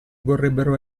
vorrebbero